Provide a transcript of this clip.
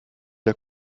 der